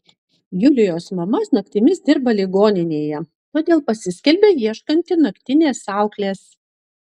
julijos mama naktimis dirba ligoninėje todėl pasiskelbia ieškanti naktinės auklės